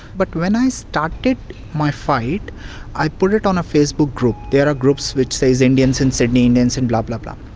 but when i started my fight i put it on a facebook group. there are groups which says indians in sydney, indians in blah blah blah.